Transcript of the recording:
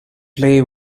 play